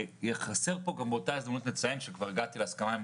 צריך לציין כאן באותה הזדמנות שכבר הגעתי להסכמה עם